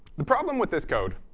the problem with this code